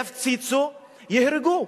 יפציצו, ייהרגו.